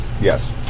Yes